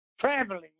Traveling